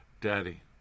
Daddy